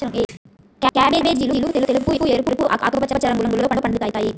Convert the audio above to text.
క్యాబేజీలు తెలుపు, ఎరుపు, ఆకుపచ్చ రంగుల్లో పండుతాయి